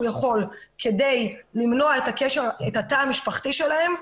יכול כדי למנוע את התא המשפחתי שלהם,